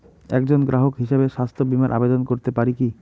একজন গ্রাহক হিসাবে স্বাস্থ্য বিমার আবেদন করতে পারি কি?